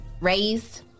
raised